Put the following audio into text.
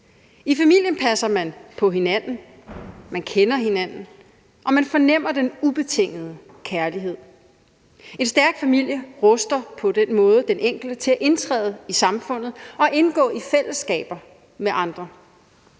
I familien passer man på hinanden, man kender hinanden, og man fornemmer den ubetingede kærlighed. En stærk familie ruster på den måde den enkelte til at indtræde i samfundet og indgå i fællesskaber med andre.